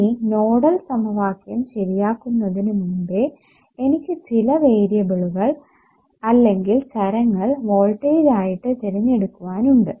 ഇനി നോഡൽ സമവാക്യം ശരിയാക്കുന്നതിനു മുൻപേ എനിക്ക് ചില വേരിയബിളുകൾ വോൾട്ടേജ് ആയിട്ട് തിരഞ്ഞെടുക്കുവാൻ ഉണ്ട്